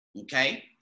okay